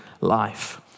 life